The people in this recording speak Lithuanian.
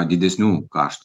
didesnių kaštų